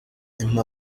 impa